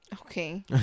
Okay